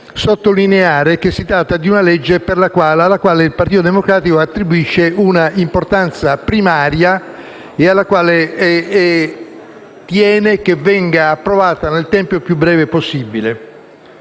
sottolineare che si tratta di una legge alla quale il Partito Democratico attribuisce una importanza primaria e che ha a cuore venga approvata nel più breve tempo possibile.